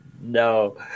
no